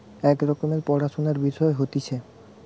এক রকমের পড়াশুনার বিষয় হতিছে